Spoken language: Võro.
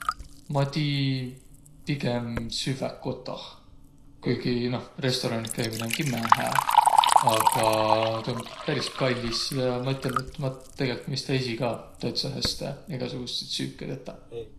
Ma tii pigem süvväq kotoh, kuigi noh, restoraanih käümine om kimmähe hää, aga tuu om peris kallis ja ma ütelnüq, et ma tegelt mõista esiq ka täütsä häste egäsugutsit süüke tetäq.